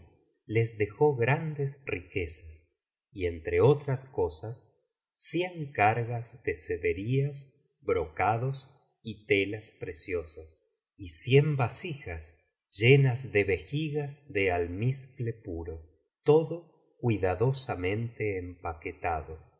les dejó grandes riquezas y entre otras cosas cien cargas de sederías brocados y telas preciosas y cien vasijas llenas de vejigas de almizcle puro todo cuidadosamente empaquetado